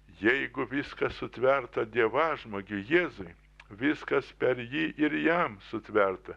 jeigu viskas sutverta dievažmogiui jėzui viskas per jį ir jam sutverta